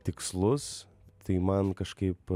tikslus tai man kažkaip